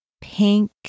pink